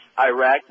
Iraq